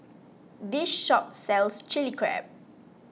this shop sells Chilli Crab